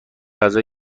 غذای